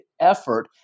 effort